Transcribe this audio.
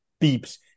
beeps